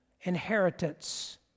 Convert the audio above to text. inheritance